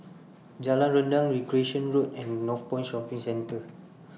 Jalan Rendang Recreation Road and Northpoint Shopping Centre